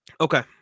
Okay